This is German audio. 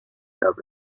gab